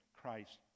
Christ